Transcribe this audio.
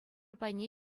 пайне